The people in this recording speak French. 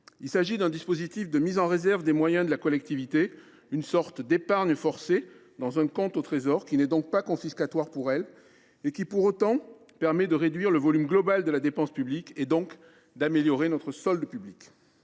Il s’agit d’un dispositif de mise en réserve des moyens de la collectivité, une sorte d’épargne forcée dans un compte au Trésor, qui n’est donc pas confiscatoire et qui permet de réduire le volume global de la dépense publique, améliorant ainsi notre solde public.